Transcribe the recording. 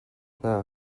hna